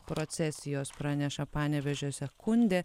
procesijos praneša panevėžio sekundė